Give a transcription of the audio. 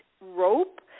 rope